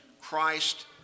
Christ